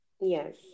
yes